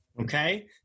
okay